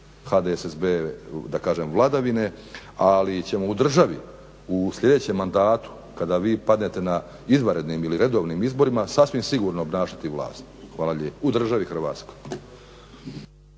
HDSSB-ove da kažem vladavine. Ali ćemo u državi u sljedećem mandatu kada vi padnete na izvanrednim ili redovnim izborima sasvim sigurno obnašati vlast u državi Hrvatskoj.